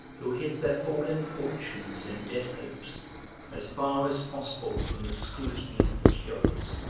who hid their fallen fortunes and dead hopes as far as possible from the scrutiny of the curious,